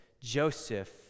Joseph